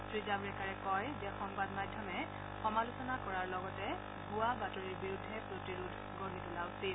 শ্ৰীজাভাড়েকাৰে কয় যে সংবাদ মাধ্যমে সমালোচনা কৰাৰ লগতে ভুৱা বাতৰিৰ বিৰুদ্ধে প্ৰতিৰোধ গঢ়ি তোলা উচিত